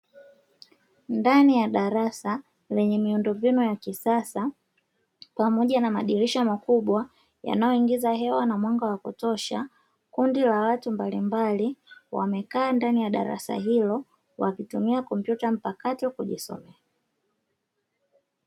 Ndani ya darasa, lenye miundombinu ya kisasa pamoja na madirisha makubwa, yanayoingiza hewa na mwanga wa kutosha. Kundi la watu mbalimbali wamekaa ndani ya darasa hilo, wakitumia kompyuta mpakato kujisomea.